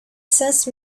sensed